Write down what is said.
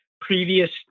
previous